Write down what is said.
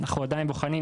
אנחנו עדיין בוחנים.